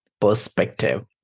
perspective